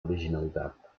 originalitat